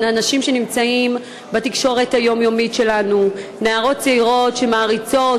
והוא יועבר לוועדת החוקה,